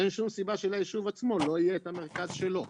אין שום סיבה שלישוב עצמו לא יהיה את המרכז שלו.